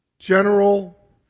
General